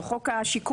או "חוק השיכון"